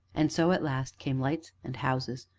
and so at last came lights and houses,